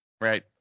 right